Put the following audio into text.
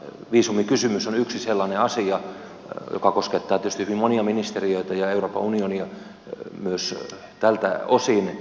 viisumikysymys on yksi sellainen asia joka koskettaa tietysti hyvin monia ministeriöitä ja euroopan unionia myös tältä osin